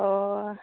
अ